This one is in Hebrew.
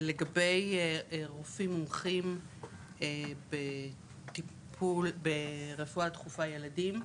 לגבי רופאים מומחים בטיפול ברפואה דחופה ילדים,